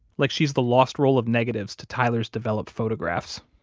like she's the lost roll of negatives to tyler's developed photographs